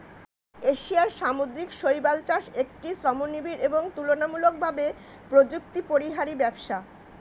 এশিয়ার সামুদ্রিক শৈবাল চাষ একটি শ্রমনিবিড় এবং তুলনামূলকভাবে প্রযুক্তিপরিহারী ব্যবসা